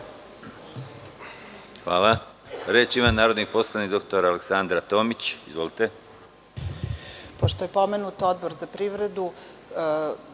Hvala. Reč ima narodni poslanik dr Aleksandra Tomić. Izvolite.